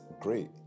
great